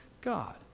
God